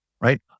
right